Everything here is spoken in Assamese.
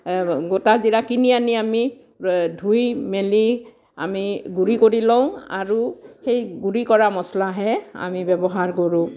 গোটা জীৰা কিনি আনি আমি ধুই মেলি আমি গুড়ি কৰি লওঁ আৰু সেই গুড়ি কৰা মচলাহে আমি ব্যৱহাৰ কৰোঁ